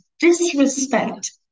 disrespect